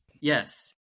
yes